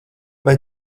vai